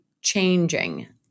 changing